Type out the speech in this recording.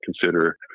consider